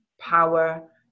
power